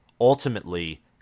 ultimately